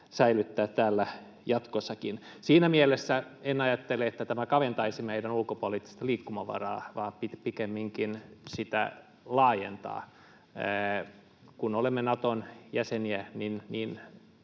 täällä jatkossakin. Siinä mielessä en ajattele, että tämä kaventaisi meidän ulkopoliittista liikkumavaraa vaan pikemminkin laajentaa sitä. Kun olemme Naton jäseniä,